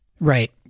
Right